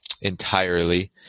entirely